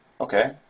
okay